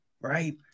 right